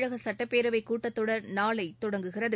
தமிழக சட்டப்பேரவைக் கூட்டத்தொடர் நாளை தொடங்குகிறது